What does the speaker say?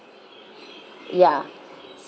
ya